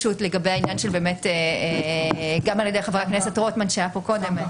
גם על ידי חבר הכנסת רוטמן שהיה פה קודם.